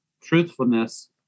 truthfulness